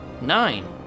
nine